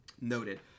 noted